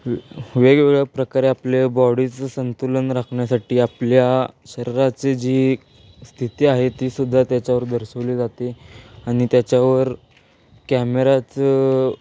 वे वेगवेगळ्या प्रकारे आपल्या बॉडीचं संतुलन राखण्यासाठी आपल्या शरीराची जी स्थिती आहे तीसुद्धा त्याच्यावर दर्शवली जाते आणि त्याच्यावर कॅमेराचं